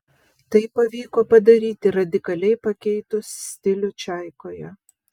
tai pavyko padaryti radikaliai pakeitus stilių čaikoje